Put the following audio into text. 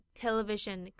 television